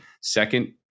second